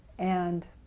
and